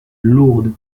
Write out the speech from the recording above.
lourdes